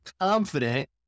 confident